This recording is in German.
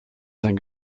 sein